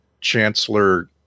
Chancellor